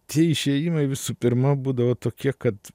tie išėjimai visų pirmą būdavo tokie kad